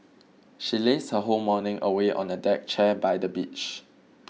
she lazed her whole morning away on a deck chair by the beach